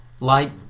Light